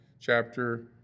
chapter